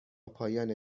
پایان